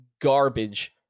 garbage